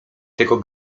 tego